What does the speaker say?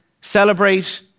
celebrate